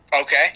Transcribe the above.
Okay